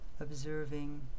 observing